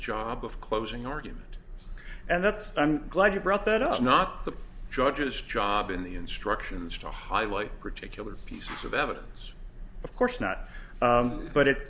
job of closing argument and that's i'm glad you brought that up not the judge's job in the instructions to highlight particular pieces of evidence of course not but i